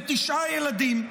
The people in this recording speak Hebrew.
בתשעה ילדים.